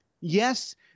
yes